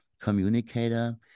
communicator